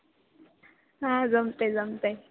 हा जमतं आहे जमतं आहे